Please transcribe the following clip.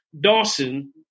Dawson